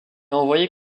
envoyé